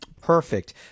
Perfect